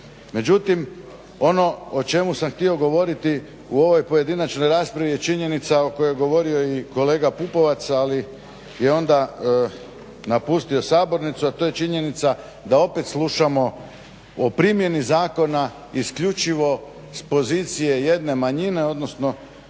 Međutim, ono o čemu sam htio govoriti u ovoj pojedinačnoj raspravi je činjenica o kojoj je govorio i kolega Pupovac ali je onda napustio sabornicu, a to je činjenica da opet slušamo o primjeni zakona isključivo s pozicije jedne manjine, odnosno